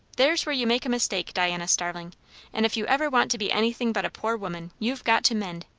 there's where you make a mistake, diana starling and if you ever want to be anything but a poor woman, you've got to mend.